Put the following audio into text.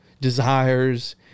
desires